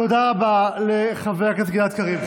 תודה רבה לחבר הכנסת גלעד קריב.